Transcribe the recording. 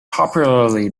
popularly